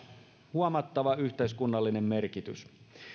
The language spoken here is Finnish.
huomattava yhteiskunnallinen merkitys